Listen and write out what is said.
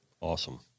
Awesome